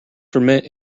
ferment